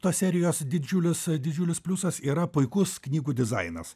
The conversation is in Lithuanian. tos serijos didžiulis didžiulis pliusas yra puikus knygų dizainas